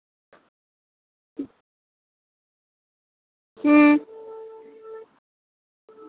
अं